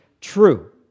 true